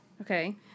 Okay